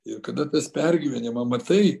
ir kada tas pergyvenimą matai